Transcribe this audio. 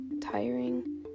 tiring